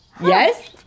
Yes